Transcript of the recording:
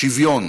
שוויון.